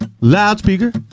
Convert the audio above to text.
loudspeaker